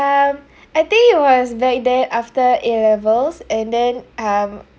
um I think it was back then after A levels and then um